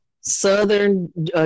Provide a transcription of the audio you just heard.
Southern